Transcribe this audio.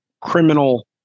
criminal